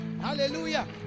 Hallelujah